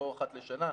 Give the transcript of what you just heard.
לא אחת לשנה,